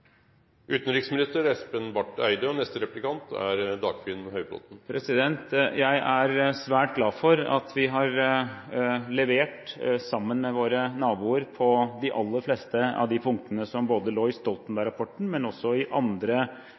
Jeg er svært glad for at vi sammen med våre naboer har levert på de aller fleste av de punktene som lå både i Stoltenberg-rapporten og i andre rapporter og forslag som faktisk kom før Stoltenberg-rapporten, bl.a. mellom de nordiske forsvarsdepartementene og forsvarssjefene i